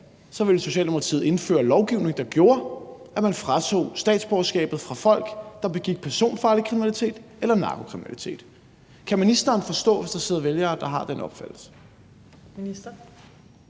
ville Socialdemokratiet indføre lovgivning, der gjorde, at man tog statsborgerskabet fra folk, der begik personfarlig kriminalitet eller narkokriminalitet? Kan ministeren forstå, hvis der sidder vælgere, der har den opfattelse?